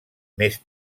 més